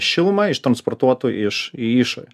šilumą ištransportuotų iš į išorę